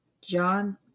John